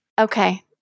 Okay